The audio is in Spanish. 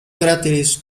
cráteres